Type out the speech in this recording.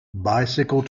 bicycle